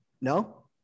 No